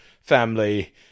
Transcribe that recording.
family